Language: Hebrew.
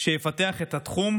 שיפתח את התחום